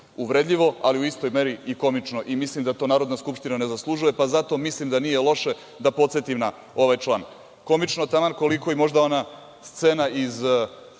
uvredljivo, ali u istoj meri i komično. Mislim da to Narodna skupština ne zaslužuje, pa zato mislim da nije loše da podsetim na ovaj član, komično taman koliko možda i ona scena iz